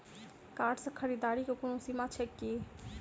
Card सँ खरीददारीक कोनो सीमा छैक की?